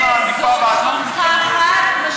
את מעדיפה ועדה מסדרת?